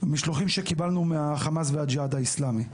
המשלוחים שקיבלנו מהחמאס ומהג'יהאד האסלאמי.